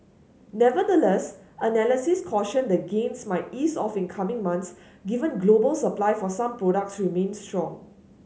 nevertheless analysts cautioned the gains might ease off in coming months given global supply for some products remained strong